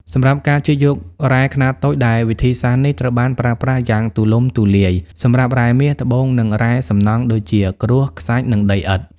សម្រាប់ការជីកយករ៉ែខ្នាតតូច ដែលវិធីសាស្ត្រនេះត្រូវបានប្រើប្រាស់យ៉ាងទូលំទូលាយសម្រាប់រ៉ែមាស ត្បូង និងរ៉ែសំណង់ដូចជា ក្រួស ខ្សាច់ និងដីឥដ្ឋ។